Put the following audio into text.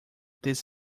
this